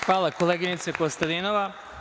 Hvala, koleginice Kostadinova.